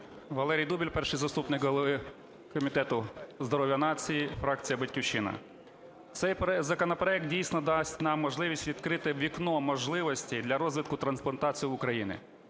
Валерій Дубіль, перший заступник голови Комітету здоров'я нації, фракція "Батьківщина". Цей законопроект, дійсно, дасть нам можливість відкрити вікно можливостей для розвитку трансплантації в Україні.